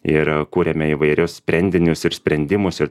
ir kuriame įvairius sprendinius ir sprendimus ir